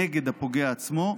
נגד הפוגע עצמו,